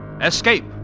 Escape